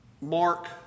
Mark